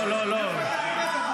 זה לא פייר --- כמה עולה גבינה?